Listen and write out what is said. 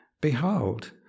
Behold